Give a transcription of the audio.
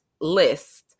list